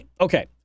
okay